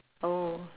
oh